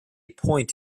point